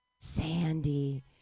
Sandy